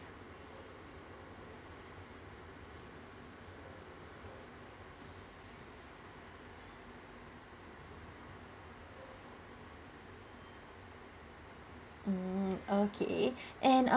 mm okay and err~